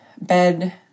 bed